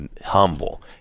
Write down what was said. humble